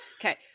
Okay